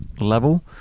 level